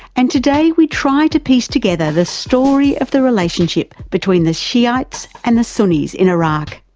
and today we try to piece together the story of the relationship between the shiites and the sunnis in iraq.